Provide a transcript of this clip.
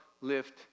lift